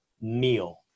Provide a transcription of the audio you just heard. meal